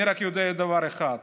אני רק יודע דבר אחד: